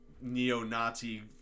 neo-Nazi